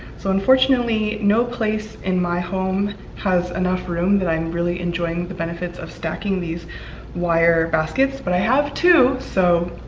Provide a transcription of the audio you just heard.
so unfortunately no place in my home has enough room that i'm really enjoying the benefits of stacking these wire baskets, but i have two so,